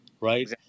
right